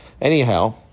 Anyhow